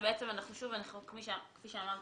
שוב, כפי שאמרתי,